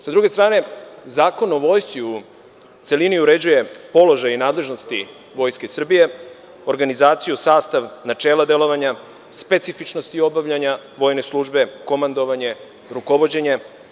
Sa druge strane, Zakon o Vojsci u celini uređuje položaj i nadležnosti Vojske Srbije, organizaciju, sastav, načela delovanja, specifičnosti obavljanja vojne službe, komandovanje i rukovođenje.